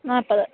നാല്പ്പത്